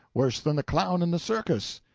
worse than the clown in the circus.